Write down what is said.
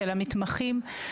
של המתחמים.